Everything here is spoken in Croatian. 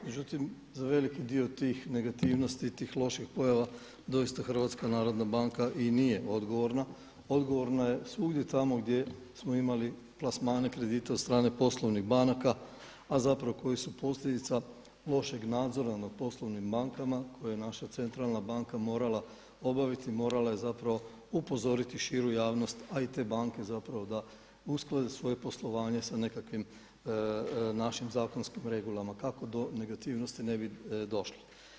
Međutim, za veliki dio tih negativnosti, tih loših pojava doista HNB i nije odgovorna, odgovorna je svugdje tamo gdje smo imali plasmane kredita od strane poslovnih banaka a zapravo koji su posljedica lošeg nadzora nad poslovnim bankama koje je naša centralna banka morala obaviti, morala je zapravo upozoriti širu javnost a i te banke zapravo da usklade svoje poslovanje sa nekakvim našim zakonskim regulama kako do negativnosti ne bi došlo.